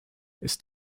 ist